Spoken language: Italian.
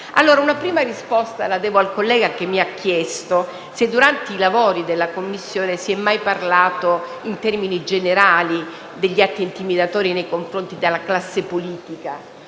vuole. Una prima risposta la devo al collega che mi ha chiesto se durante i lavori della Commissione si è mai parlato in termini generali degli atti intimidatori nei confronti della classe politica.